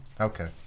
Okay